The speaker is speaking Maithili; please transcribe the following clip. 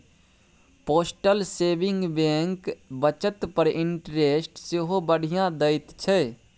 पोस्टल सेविंग बैंक बचत पर इंटरेस्ट सेहो बढ़ियाँ दैत छै